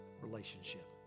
relationship